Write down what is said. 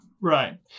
right